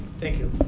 thank you.